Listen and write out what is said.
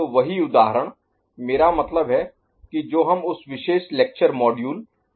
तो वही उदाहरण मेरा मतलब है कि जो हम उस विशेष लेक्चर मॉड्यूल में भी देख सकते हैं